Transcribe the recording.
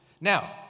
Now